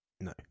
No